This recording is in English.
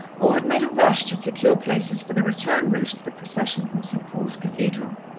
or had made a rush to secure places for the return route of the procession from st. paul's cathedral.